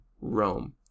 Rome